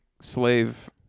slave